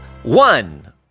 One